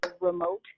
remote